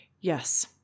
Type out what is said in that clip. yes